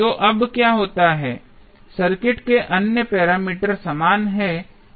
तो अब क्या होता है सर्किट के अन्य पैरामीटर समान हैं